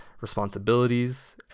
responsibilities